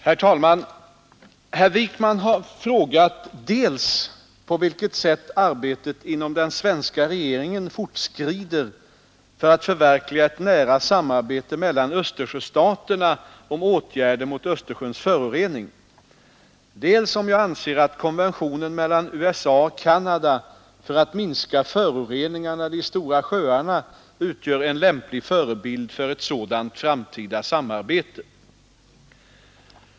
Herr talman! Herr Wijkman har frågat dels på vilket sätt arbetet inom den svenska regeringen fortskrider för att förverkliga ett nära samarbete mellan Östersjöstaterna om åtgärder mot Östersjöns förorening, dels om jag anser att konventionen mellan USA och Canada för att minska föroreningarna i De stora sjöarna utgör en lämplig förebild för ett sådant framtida samarbete.